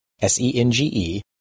S-E-N-G-E